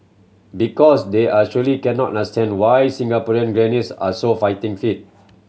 because they are surely cannot understand why Singaporean grannies are so fighting fit